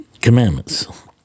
commandments